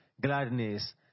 gladness